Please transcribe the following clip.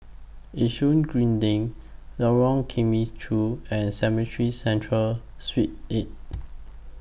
Yishun Green LINK Lorong Temechut and Cemetry Central Street eight